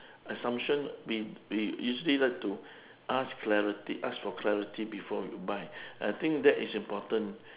assumption we we usually like to ask clarity ask for clarity before we buy I think that is important